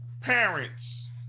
parents